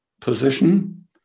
position